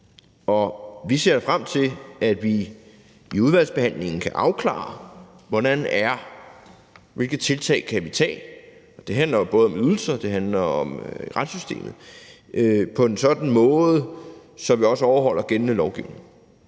Vi ser da frem til, at vi i udvalgsbehandlingen kan afklare, hvilke tiltag vi kan tage – og det handler jo både om ydelser, og det handler om retssystemet – på en sådan måde, at vi også overholder gældende lovgivning,